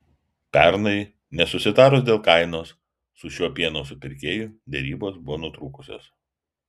pernai nesusitarus dėl kainos su šiuo pieno supirkėju derybos buvo nutrūkusios